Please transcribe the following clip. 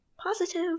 Positive